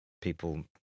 people